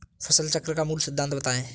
फसल चक्र का मूल सिद्धांत बताएँ?